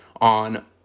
on